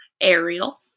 Ariel